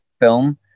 film